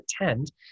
attend